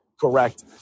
correct